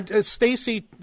Stacey